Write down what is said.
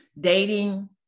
dating